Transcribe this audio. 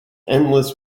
endless